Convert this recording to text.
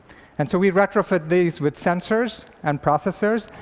and so we retrofit these with sensors and processors,